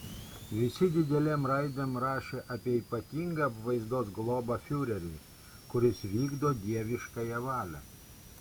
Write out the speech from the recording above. visi didelėm raidėm rašė apie ypatingą apvaizdos globą fiureriui kuris vykdo dieviškąją valią